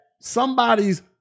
somebody's